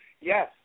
yes